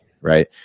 right